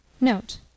Note